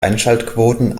einschaltquoten